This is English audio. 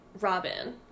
Robin